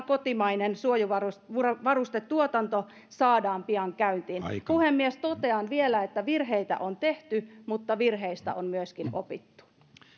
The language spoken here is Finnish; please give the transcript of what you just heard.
kotimainen suojavarustetuotanto saadaan pian käyntiin puhemies totean vielä että virheitä on tehty mutta virheistä on myöskin opittu